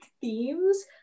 themes